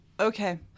Okay